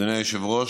אדוני היושב-ראש,